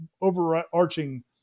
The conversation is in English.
overarching